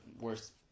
worst